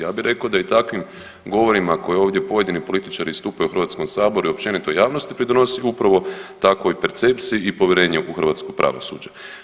Ja bih rekao da je takvim govorima koje ovdje pojedini političari istupaju u Hrvatskom saboru i općenito javnosti pridonosi upravo takvoj percepciji i povjerenje u hrvatsko pravosuđe.